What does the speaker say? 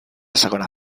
segona